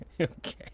Okay